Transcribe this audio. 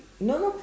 no no